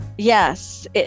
Yes